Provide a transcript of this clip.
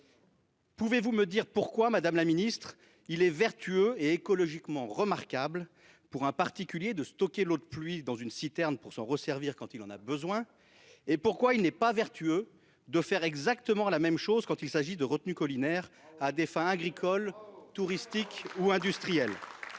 pouvez-vous me dire pourquoi il est vertueux et écologiquement remarquable pour un particulier de stocker l'eau de pluie dans une citerne pour s'en servir quand il en a besoin et pourquoi il n'est pas vertueux de faire exactement la même chose quand il s'agit de retenues collinaires à des fins agricoles, touristiques ou industrielles ?